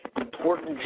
important